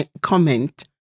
comment